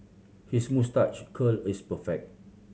his moustache curl is perfect